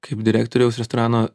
kaip direktoriaus restorano